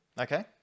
Okay